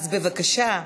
אז בבקשה,